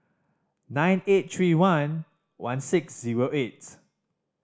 nine eight three one one six zero eight